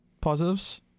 positives